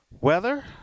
Weather